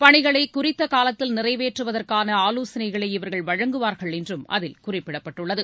பணிகளை குறித்த காலத்தில் நிறைவேற்றுவதற்கான ஆலோசனைகளை இவர்கள் வழங்குவார்கள் என்றும் அதில் குறிப்பிடப்பட்டுள்ளது